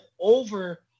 over